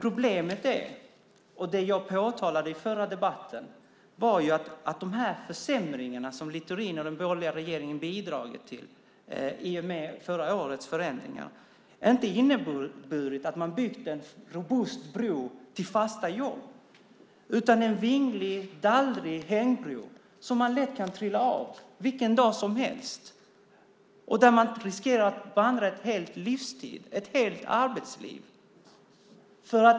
Problemet är, vilket jag påtalade i den förra debatten, att de försämringar som Littorin och den borgerliga regeringen i och med förra årets förändringar bidragit till inte inneburit att man byggt en robust bro till fasta jobb utan en vinglig och dallrig hängbro som man vilken dag som helst lätt kan trilla av från och som man riskerar att behöva vandra en hel livstid, ett helt arbetsliv.